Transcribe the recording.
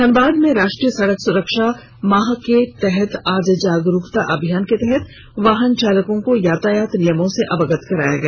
धनबाद में राष्ट्रीय सड़क सुरक्षा माह के तहत आज जागरूकता अभियान के तहत वाहन चालकों को यातायात नियमों से अवगत कराया गया